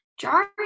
jarring